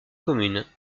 commune